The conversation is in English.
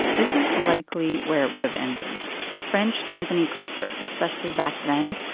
this is likely where it would have ended french company culture, especially back then,